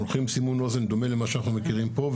עם סימון אוזן דומה למה שאנחנו מכירים פה.